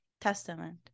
testament